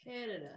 Canada